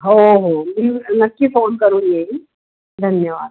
हो हो मी नक्की फोन करून येईन धन्यवाद